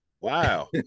wow